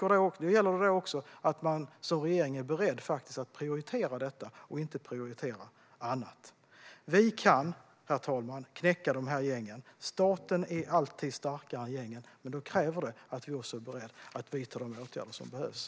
Då gäller det också att man som regering faktiskt är beredd att prioritera detta och att inte prioritera annat. Herr talman! Vi kan knäcka dessa gäng. Staten är alltid starkare än gängen. Men då kräver det att vi också är beredda att vidta de åtgärder som behövs.